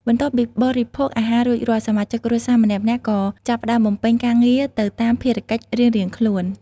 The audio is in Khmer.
បន្ទាប់ពីបរិភោគអាហាររួចរាល់ សមាជិកគ្រួសារម្នាក់ៗក៏ចាប់ផ្តើមបំពេញការងារទៅតាមភារកិច្ចរៀងៗខ្លួន។